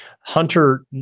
hunter